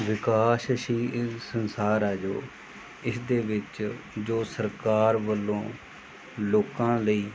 ਵਿਕਾਸਸ਼ੀਲ ਸੰਸਾਰ ਹੈ ਜੋ ਇਸਦੇ ਵਿੱਚ ਜੋ ਸਰਕਾਰ ਵੱਲੋਂ ਲੋਕਾਂ ਲਈ